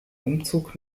umzug